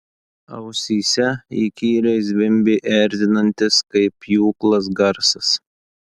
ausyse įkyriai zvimbė erzinantis kaip pjūklas garsas